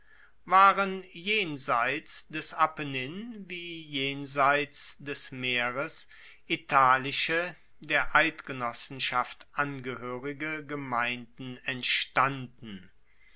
waren jenseits des apennin wie jenseits des meeres italische der eidgenossenschaft angehoerige gemeinden entstanden